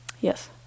Yes